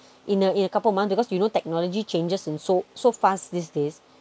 in a in a couple of months because you know technology changes in so so fast these days